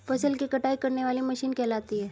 फसल की कटाई करने वाली मशीन कहलाती है?